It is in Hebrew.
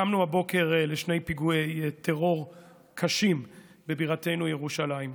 קמנו הבוקר לשני פיגועי טרור קשים בבירתנו ירושלים.